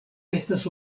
estas